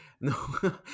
No